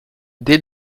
dès